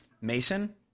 Mason